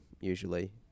usually